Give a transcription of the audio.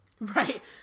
Right